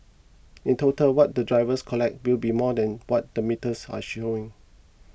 in total what the drivers collect will be more than what the metres are showing